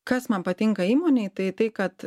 kas man patinka įmonėj tai tai kad